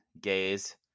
gaze